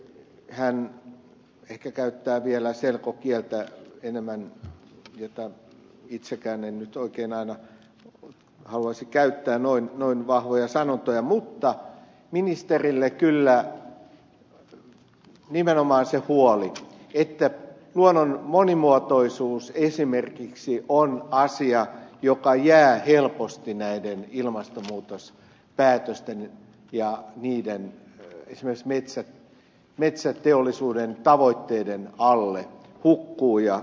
hän ehkä käyttää selkokieltä vielä enemmän itsekään en nyt oikein aina haluaisi käyttää noin vahvoja sanontoja mutta tuon kyllä esiin ministerille nimenomaan sen huolen että luonnon monimuotoisuus esimerkiksi on asia joka jää helposti näiden ilmastonmuutospäätösten ja esimerkiksi metsäteollisuuden tavoitteiden alle hukkuu ja tuhoutuu